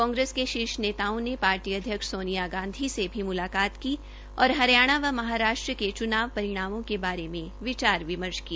कांग्रेस की शीर्ष नेताओं अध्यक्ष सोनिया गांधी से भी मुलाकात की और हरियाणा व महाराष्ट्र के च्नाव परिणामों के बारे में विचार विमर्श किया